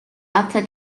after